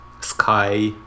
sky